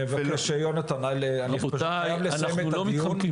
אני חייב לסיים את הדיון.